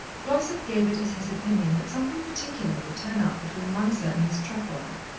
glossop gave it as his opinion that something particular would turn up between mounser and miss trefoil,